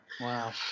Wow